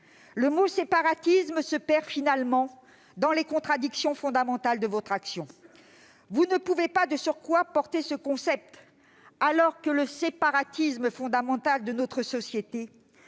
Le mot « séparatisme » se perd finalement dans les contradictions fondamentales de votre action. De surcroît, vous ne pouvez pas défendre ce concept alors que le séparatisme fondamental de notre société